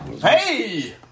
Hey